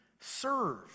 serve